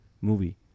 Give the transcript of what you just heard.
movie